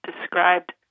described